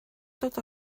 dod